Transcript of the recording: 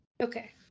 Okay